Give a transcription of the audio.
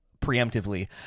preemptively